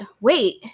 wait